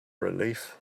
relief